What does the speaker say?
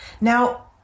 Now